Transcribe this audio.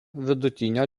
vidutinio